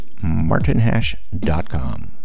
martinhash.com